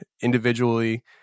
individually